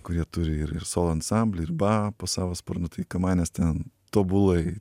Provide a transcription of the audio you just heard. kurie turi ir ir solo ansamblį ir ba po savo sparnu tai kamanės ten tobulai